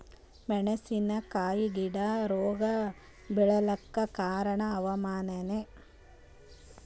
ಮೆಣಸಿನ ಕಾಯಿಗಳಿಗಿ ರೋಗ ಬಿಳಲಾಕ ಕಾರಣ ಹವಾಮಾನನೇ?